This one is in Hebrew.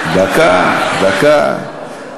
דקה, דקה.